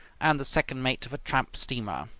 and the second mate of a tramp steamer.